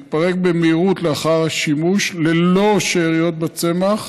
מתפרק במהירות לאחר השימוש ללא שאריות בצמח,